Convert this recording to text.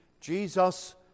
Jesus